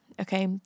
okay